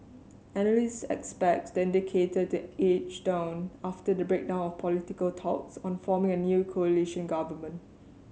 analysts expect the indicator to edge down after the breakdown of political talks on forming a new coalition government